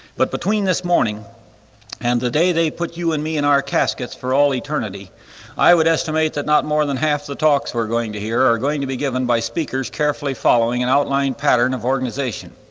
but between this morning and the day they put you and me and our caskets for all eternity i would estimate that not more than half the talks we're going to hear are going to be given by speakers carefully following an outline pattern of organization,